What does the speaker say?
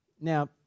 Now